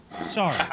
Sorry